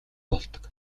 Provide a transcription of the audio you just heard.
болдог